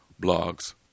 blogs